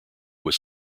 was